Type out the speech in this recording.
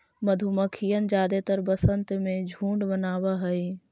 मधुमक्खियन जादेतर वसंत में झुंड बनाब हई